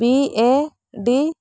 B A D